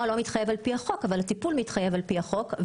השקעות שהטיפול בו מתחייב על פי החוק,